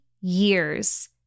years